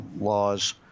laws